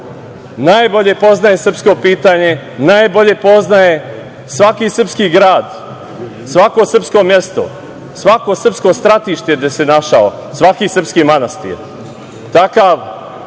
najbolje poznaje srpsko pitanje, najbolje poznaje svaki srpski grad, svako srpsko mesto, svako srpsko stratište gde se našao, svaki srpski manastir.